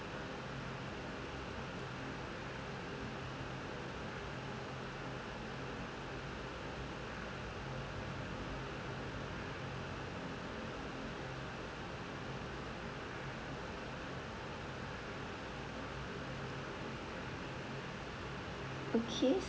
okay